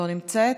לא נמצאת,